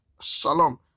Shalom